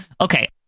okay